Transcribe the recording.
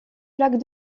flaque